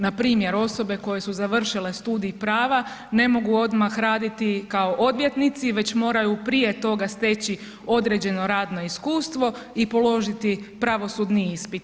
Npr. osobe koje su završile studij prava ne mogu odmah raditi kao odvjetnici već moraju prije toga steći određeno radno iskustvo i položiti pravosudni ispit.